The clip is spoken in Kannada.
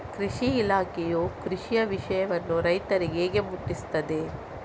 ಕೃಷಿ ಇಲಾಖೆಯು ಕೃಷಿಯ ವಿಷಯವನ್ನು ರೈತರಿಗೆ ಹೇಗೆ ಮುಟ್ಟಿಸ್ತದೆ?